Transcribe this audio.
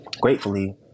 gratefully